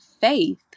faith